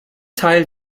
teil